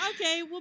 okay